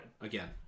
Again